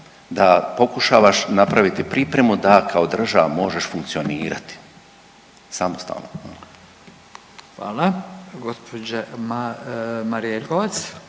da pokušavaš napraviti pripremu da kao država možeš funkcionirati samostalno. **Radin,